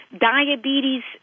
diabetes